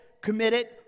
committed